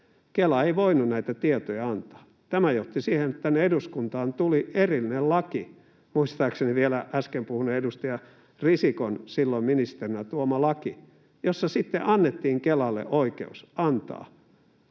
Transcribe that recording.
Kela ei voinut näitä tietoja antaa. Tämä johti siihen, että tänne eduskuntaan tuli erillinen laki — muistaakseni vieläpä äsken puhuneen edustaja Risikon silloin ministerinä tuoma laki — jossa sitten annettiin Kelalle oikeus antaa